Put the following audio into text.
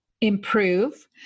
improve